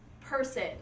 person